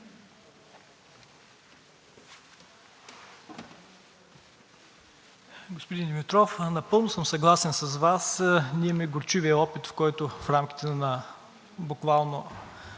Господин Димитров, напълно съм съгласен с Вас. Ние имаме горчивия опит, в който в рамките на буквално